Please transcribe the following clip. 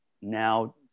now